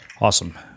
Awesome